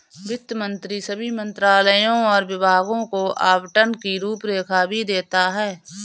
वित्त मंत्री सभी मंत्रालयों और विभागों को आवंटन की रूपरेखा भी देते हैं